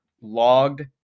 logged